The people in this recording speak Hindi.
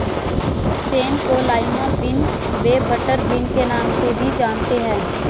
सेम को लाईमा बिन व बटरबिन के नाम से भी जानते हैं